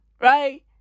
Right